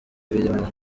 birimo